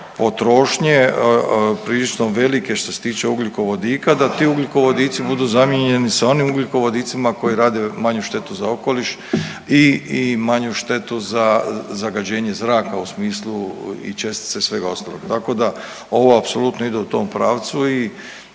potrošnje prilično velike što se tiče ugljikovodika da ti ugljikovodici budu zamijenjeni sa onim ugljikovodicima koji rade manju štetu za okoliš i manju štetu za zagađenje zraka u smislu i čestica i svega ostalog. Tako da ovo apsolutno ide u tom pravcu i